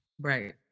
Right